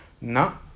No